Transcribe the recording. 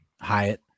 Hyatt